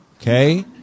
Okay